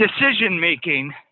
decision-making